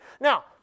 Now